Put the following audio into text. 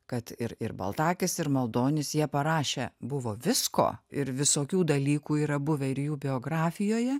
kad ir ir baltakis ir maldonis jie parašė buvo visko ir visokių dalykų yra buvę ir jų biografijoje